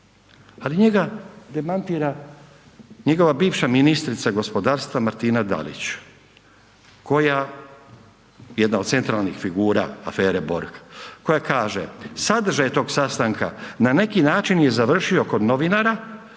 Ali njega demantira njegova bivša ministrica gospodarstva Martina Dalić koja, jedna od centralnih figura afere Borg, koja kaže: „Sadržaj tog sastanka na neki način je završio kod novinara